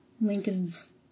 Lincoln's